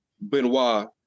Benoit